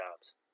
jobs